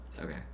Okay